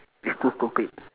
it's too stupid